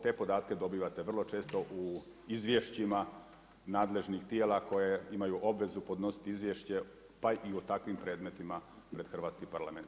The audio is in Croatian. Te podatke dobivate vrlo često u izvješćima nadležnih tijela koje imaju obvezu podnositi izvješće pa i o takvim predmetima pred hrvatski Parlament.